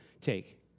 take